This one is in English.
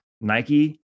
Nike